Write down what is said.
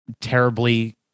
terribly